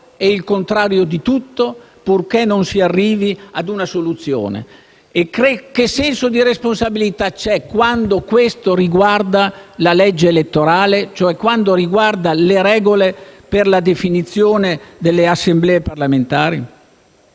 e il contrario di tutto, purché non si arrivi a una soluzione. E che senso di responsabilità c'è quando ciò riguarda la legge elettorale, cioè quando riguarda le regole per la definizione delle Assemblee parlamentari?